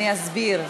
אני אסביר,